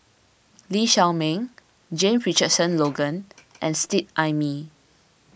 Lee Shao Meng James Richardson Logan and Seet Ai Mee